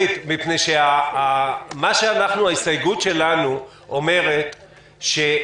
כי ההסתייגות שלנו אומרת,